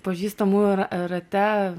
pažįstamų ar rate